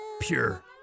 pure